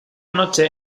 noche